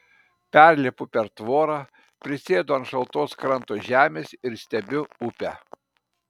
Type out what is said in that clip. perlipu per tvorą prisėdu ant šaltos kranto žemės ir stebiu upę